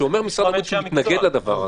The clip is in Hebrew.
כשאומר משרד הריאות שהוא מתנגד לדבר הזה,